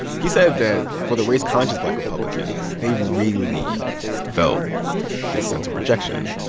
he said that, for the race-conscious black republicans, they really felt this sense of rejection.